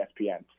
ESPN